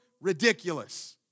ridiculous